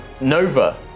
Nova